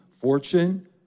fortune